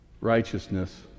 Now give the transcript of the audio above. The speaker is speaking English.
righteousness